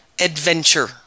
adventure